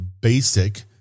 basic